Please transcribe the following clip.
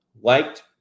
liked